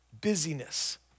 busyness